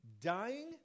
dying